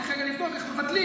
צריך רגע לבדוק איך מבטלים,